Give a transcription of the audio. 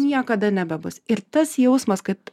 niekada nebebus ir tas jausmas kad